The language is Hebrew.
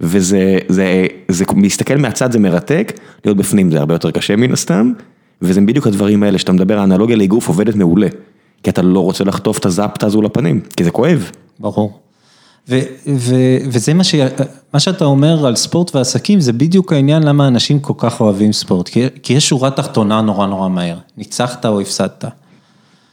וזה זה... להסתכל מהצד זה מרתק, להיות בפנים זה הרבה יותר קשה מן הסתם, וזה בדיוק הדברים האלה שאתה מדבר, האנלוגיה לאגרוף עובדת מעולה, כי אתה לא רוצה לחטוף את הזאפטה הזו לפנים, כי זה כואב. ברור, וזה מה שאתה אומר על ספורט ועסקים, זה בדיוק העניין למה אנשים כל כך אוהבים ספורט, כי יש שורה תחתונה נורא נורא מהר, ניצחת או הפסדת.